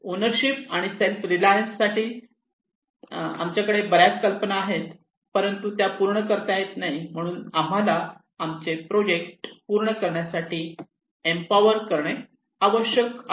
ओवरशिप आणि self reliance साठी आमच्याकडे बर्याच कल्पना आहेत परंतु त्या पूर्ण करता येत नाही म्हणूनच आम्हाला आमचे प्रोजेक्ट पूर्ण करण्यासाठी एम्पॉवर करणे आवश्यक आहे